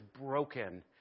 broken